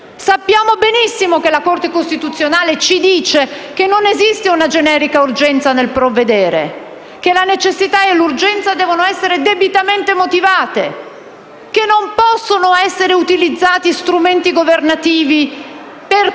Sappiamo benissimo che la Corte costituzionale ci dice che non esiste una generica urgenza nel provvedere; che la necessità e l'urgenza devono essere debitamente motivate; che non possono essere utilizzati strumenti governativi per creare